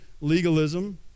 legalism